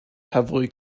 heavily